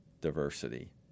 diversity